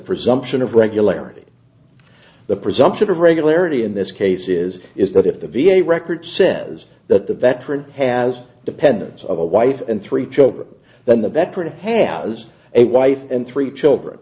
presumption of regularity the presumption of regularity in this case is is that if the v a records says that the veteran has dependents of a wife and three children then the better to have a wife and three children